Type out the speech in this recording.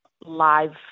live